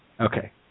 Okay